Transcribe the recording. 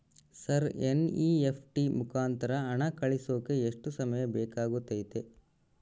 Sir NEFT ಮುಖಾಂತರ ಹಣ ಕಳಿಸೋಕೆ ಎಷ್ಟು ಸಮಯ ಬೇಕಾಗುತೈತಿ?